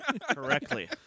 Correctly